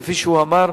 כפי שהוא אמר,